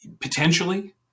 potentially